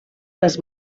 les